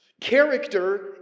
Character